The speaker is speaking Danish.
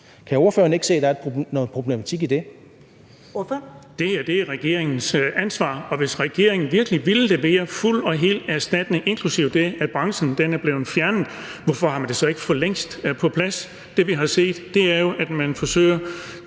Ordføreren. Kl. 14:57 Erling Bonnesen (V): Det her er regeringens ansvar, og hvis regeringen virkelig ville levere fuld og hel erstatning, inklusive for det, at branchen er blevet fjernet, hvorfor har man det så ikke for længst på plads? Det, vi har set, er jo, at man